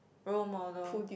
role model